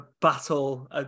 battle